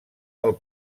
del